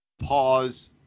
pause